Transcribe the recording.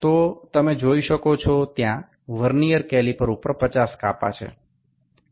তো আপনি দেখতে পাচ্ছেন যে ভার্নিয়ার স্কেলে ৫০ টি ভাগ রয়েছে